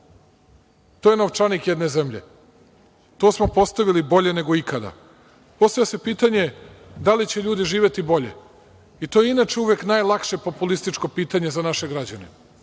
to je novčanik jedne zemlje. To smo postavili bolje nego ikada. Postavlja se pitanje da li će ljudi živeti bolje. I to je inače uvek najlakše populističko pitanje za naše građane.